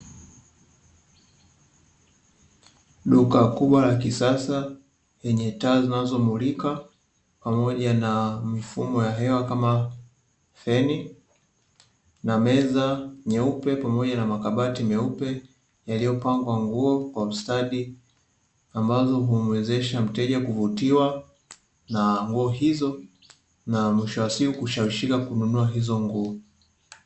Duka kubwa la kisasa lenye taa zinazomulika ikiwemo na makabati zinazomvutia mteja kununua bidhaa